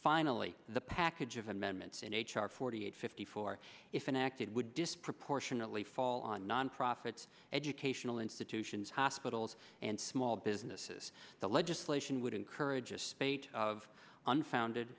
finally the package of amendments in h r forty eight fifty four if enacted would disproportionately fall on non profits educational institutions hospitals and small businesses the legislation would encourage a spate of unfounded